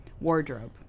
wardrobe